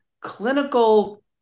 clinical